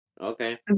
Okay